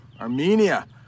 Armenia